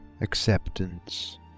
acceptance